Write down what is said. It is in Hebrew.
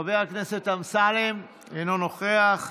חבר הכנסת אמסלם, אינו נוכח,